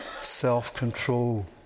self-control